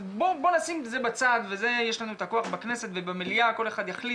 אז בואו נשים את זה בצד וזה יש לנו את הכוח בכנסת ובמליאה כל אחד יחליט